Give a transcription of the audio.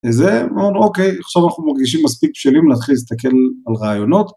וזה, אוקיי, עכשיו אנחנו מרגישים מספיק בשלים, להתחיל להסתכל על רעיונות.